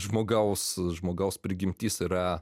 žmogaus žmogaus prigimtis yra